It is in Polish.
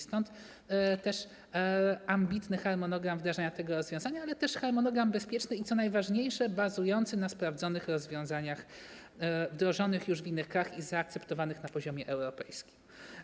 Stąd też wynika ambitny harmonogram wdrażania tego rozwiązania, ale też harmonogram bezpieczny i, co najważniejsze, bazujący na sprawdzonych rozwiązaniach, wdrożonych już w innych krajach i zaakceptowanych na poziomie europejskim.